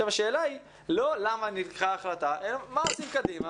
השאלה היא לא למה נלקחה ההחלטה אלא מה עושים קדימה